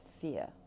fear